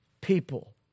people